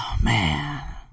man